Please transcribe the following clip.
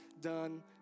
done